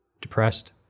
depressed